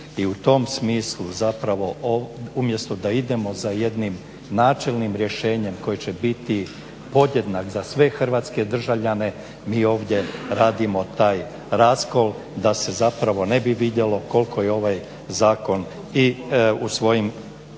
I u tom smislu zapravo umjesto da idemo za jednim načelnim rješenjem koje će biti podjednako za sve hrvatske državljane mi ovdje radimo taj raskol da se zapravo ne bi vidjelo koliko je ovaj zakon i po svojim